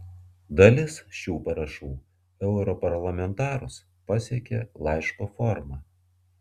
dalis šių parašų europarlamentarus pasiekė laiško forma